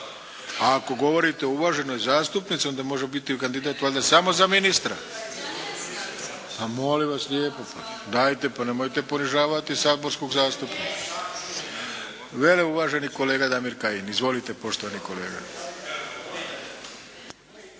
A ako govorite o uvaženoj zastupnici, onda može biti kandidat valjda samo za ministra. Pa molim vas lijepo. Dajte, pa nemojte ponižavati saborskog zastupnika. Uvaženi kolega Damir Kajin. Izvolite poštovani kolega.